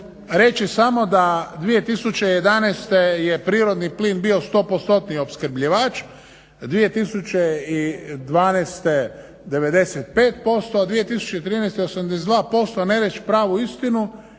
reći samo da 2011.je prirodni plin bio 100%-tni opskrbljivač, a 2012. 95%, a 2013. 82% ne reći pravu istinu